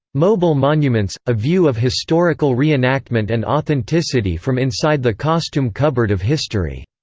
mobile monuments a view of historical reenactment and authenticity from inside the costume cupboard of history,